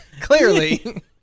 Clearly